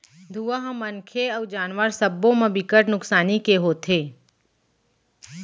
धुंआ ह मनखे अउ जानवर सब्बो म बिकट नुकसानी के होथे